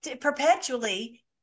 perpetually